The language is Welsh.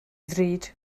ddrud